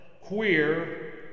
Queer